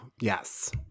yes